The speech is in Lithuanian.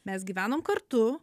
mes gyvenom kartu